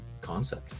concept